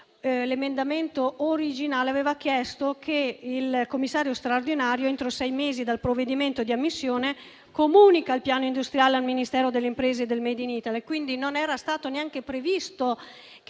l'emendamento originale aveva chiesto che il commissario straordinario, entro sei mesi dal provvedimento di ammissione, comunicasse il piano industriale al Ministero delle imprese e del *made in Italy*. Quindi non era stato neanche previsto che